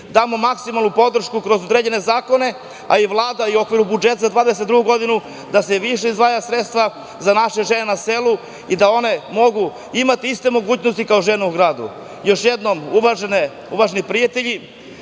damo maksimalnu podršku kroz određene zakone, a i Vlada u okviru budžeta za 2022. godinu da se više izdvaja sredstva za naše žene na selu i da one mogu imati iste mogućnosti kao žene u gradu. Još jednom, uvaženi prijatelji,